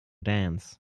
dance